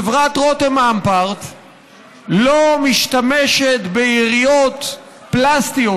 חברת רותם אמפרט לא משתמשת ביריעות פלסטיות,